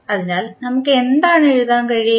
അതിനാൽ നമുക്ക് എന്താണ് എഴുതാൻ കഴിയുക